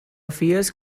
fierce